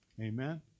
amen